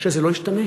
שזה לא ישתנה.